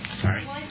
sorry